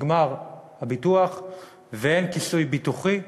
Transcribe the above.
נגמר הביטוח ואין כיסוי ביטוחי,